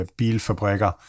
bilfabrikker